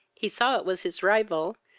he saw it was his rival,